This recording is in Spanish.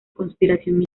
conspiración